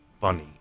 funny